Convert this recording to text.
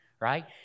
Right